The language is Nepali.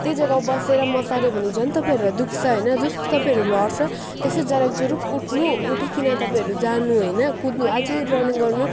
त्यहीँ जग्गा बसेर मसार्यो भने झन् तपाईँहरूलाई दुख्छ होइन जस्तो तपाईँहरू लड्छ त्यसै जराकजुरुक उठ्नु उठिकन तपाईँहरू जानु होइन कुद्नु अझै रनिङ गर्नु